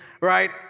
right